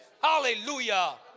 Hallelujah